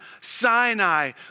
Sinai